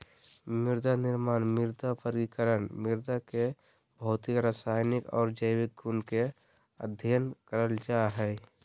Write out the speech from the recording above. मृदानिर्माण, मृदा वर्गीकरण, मृदा के भौतिक, रसायनिक आर जैविक गुण के अध्ययन करल जा हई